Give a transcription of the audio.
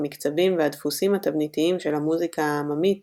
המקצבים והדפוסים התבניתיים של המוזיקה העממית